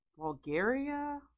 Bulgaria